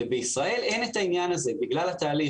ובישראל אין את העניין הזה בגלל התהליך